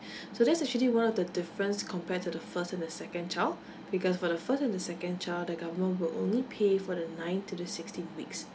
so that's actually one of the difference compared to the first and the second child because for the first and the second child the government will only pay for the ninth to the sixteenth weeks